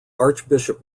archbishop